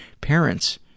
parents